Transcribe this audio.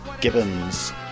Gibbons